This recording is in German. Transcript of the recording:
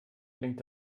blinkt